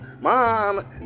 Mom